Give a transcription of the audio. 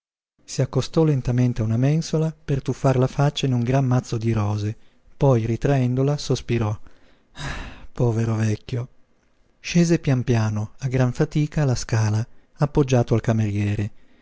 si accostò lentamente a una mensola per tuffar la faccia in un gran mazzo di rose poi ritraendola sospirò povero vecchio scese pian piano a gran fatica la scala appoggiato al cameriere